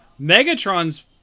Megatron's